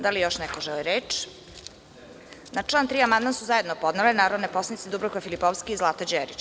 Da li još neko želi reč? (Ne.) Na član 3. amandman su zajedno podnele narodne poslanice Dubravka Filipovski i Zlata Đerić.